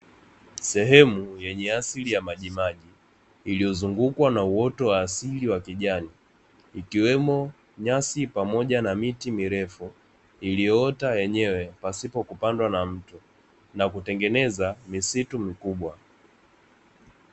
Sehemu yenye asili ya majimaji, iliyozungukwa na uoto wa asili wa kijani ikiwemo nyasi pamoja na miti mirefu, iliyoota yenyewe pasipo kupandwa na mtu na kutengeneza misitu mikubwa.